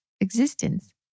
existence